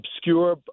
obscure